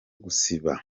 gusaba